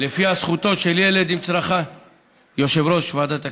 שלפיה זכותו של ילד, יושב-ראש ועדת הפנים,